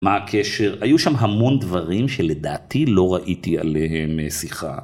מה הקשר? היו שם המון דברים שלדעתי לא ראיתי עליהם שיחה.